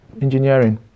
engineering